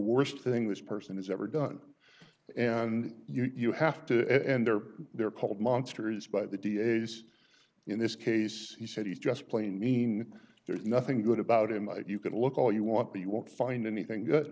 worst thing this person has ever done and you have to end there they're called monsters by the d a's in this case he said he's just plain mean there's nothing good about him you can look all you want but you won't find anything good